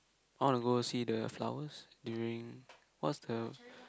I want to go see the flowers during what's the